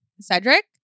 Cedric